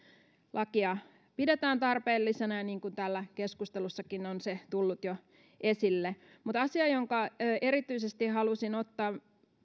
lakia pidetään tarpeellisena niin kuin täällä keskustelussakin on jo tullut esille asia jonka erityisesti halusin myös ottaa